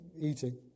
eating